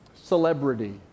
celebrity